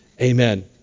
Amen